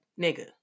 nigga